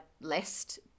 list